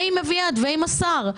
ועם אביעד ועם השר.